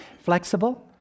flexible